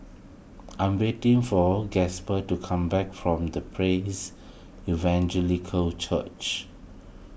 I am waiting for Gasper to come back from the Praise Evangelical Church